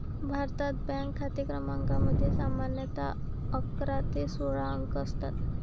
भारतात, बँक खाते क्रमांकामध्ये सामान्यतः अकरा ते सोळा अंक असतात